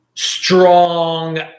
strong